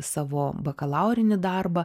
savo bakalaurinį darbą